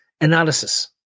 analysis